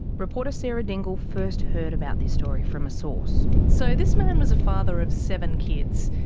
reporter sarah dingle first heard about this story from a source. so this man was a father of seven kids.